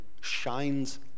shines